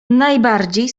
najbardziej